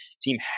Team